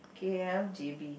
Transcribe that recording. K_L J_B